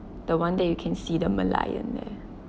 the one that you can see the merlion there